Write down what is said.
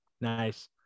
Nice